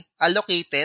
allocated